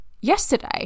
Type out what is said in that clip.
yesterday